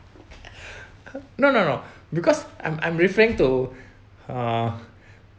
no no no because I'm I'm referring to uh